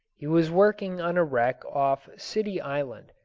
he was working on a wreck off city island,